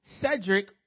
Cedric